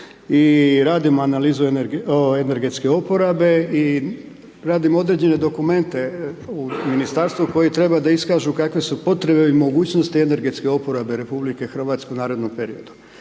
radimo analizu energetske oporabe i radimo određene dokumente u ministarstvu koje treba da iskažu kakve su potrebe i mogućnosti energetske oporabe RH u narednom periodu.